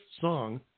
song